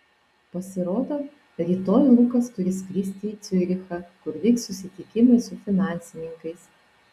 pasirodo rytoj lukas turi skristi į ciurichą kur vyks susitikimai su finansininkais